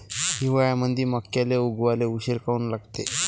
हिवाळ्यामंदी मक्याले उगवाले उशीर काऊन लागते?